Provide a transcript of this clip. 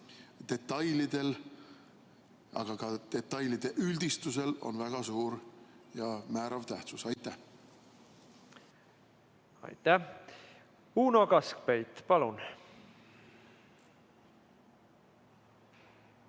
detailidel ja ka detailide üldistusel väga suur ja määrav tähtsus. Aitäh! Uno Kaskpeit, palun!